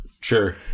Sure